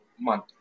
Month